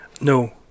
No